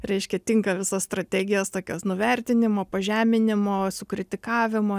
reiškia tinka visos strategijos tokios nuvertinimo pažeminimo sukritikavimo